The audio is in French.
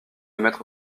mettre